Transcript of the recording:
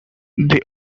they